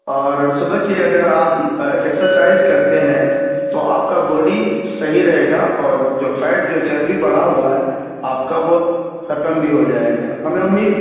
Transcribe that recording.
اور صبح کی اگر آپ ایکسرسائز کرتے ہیں تو آپ کا باڈی صحیح رہے گا اور جو فیٹ جو چربی بڑھا ہوا ہے آپ کا وہ ختم بھی ہو جائے گا ہمیں امید